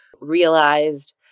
realized